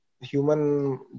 Human